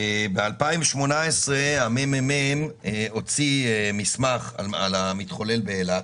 ב-2018 הממ"מ הוציא מסמך על המתחולל באילת,